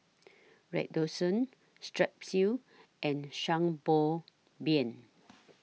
Redoxon Strepsils and Sanbobion